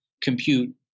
compute